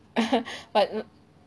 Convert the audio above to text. but